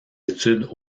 études